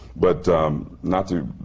but not to,